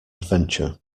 adventure